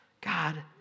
God